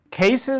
Cases